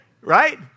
right